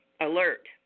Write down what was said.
alert